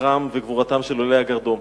לזכרם ולזכר גבורתם של עולי הגרדום,